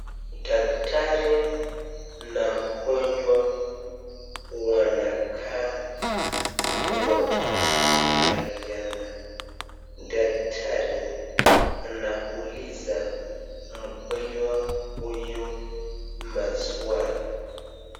Daktari na mgonjwa wanakaa wakiangaliana. Daktari anauliza mgonjwa huyu maswali.